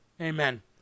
amen